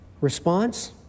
response